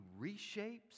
reshapes